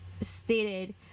stated